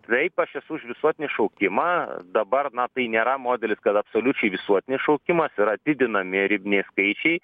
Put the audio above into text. taip aš esu už visuotinį šaukimą dabar na tai nėra modelis kad absoliučiai visuotinis šaukimas yra didinami ribiniai skaičiai